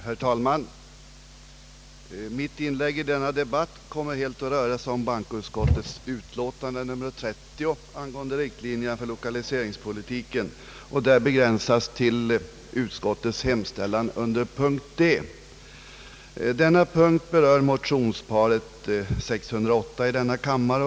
Herr talman! Mitt inlägg i denna debatt kommer helt att röra sig om bankoutskottets utlåtande nr 30 angående riktlinjerna för lokaliseringspolitiken och begränsas till utskottets hemställan under punkt D.